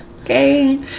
Okay